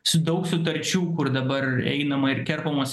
su daug sutarčių kur dabar einama ir kerpamos